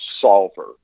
Solver